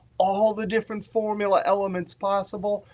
all the different formula elements possible,